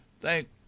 thank